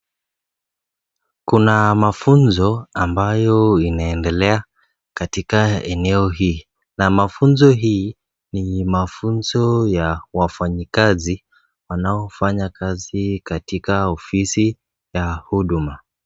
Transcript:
Kuna mafunzo ambayo inaendelea katika eneo hii, na mafunzo hii ni mafunzo ya wafanyikazi wanaofanya kazi katika ofisi ya huduma